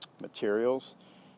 materials